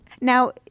Now